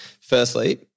Firstly